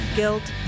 guilt